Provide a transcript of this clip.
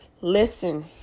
Listen